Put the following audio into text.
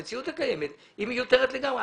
המציאות הקיימת מיותרת לגמרי.